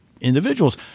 individuals